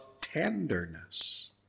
tenderness